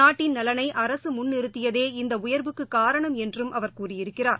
நாட்டின் நலனை அரசு முன் நிறுத்தியதே இந்த உயர்வுக்கு காரணம் என்றும் அவர் கூறியிருக்கிறார்